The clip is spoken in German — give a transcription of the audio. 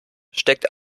steckt